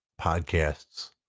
podcasts